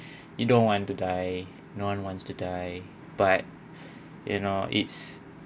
you don't want to die no one wants to die but you know it's